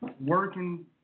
working